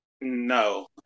No